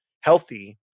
healthy